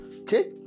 Okay